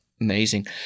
amazing